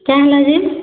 କାଏଁ ହେଲା ଯେ